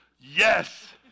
Yes